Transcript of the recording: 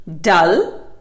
dull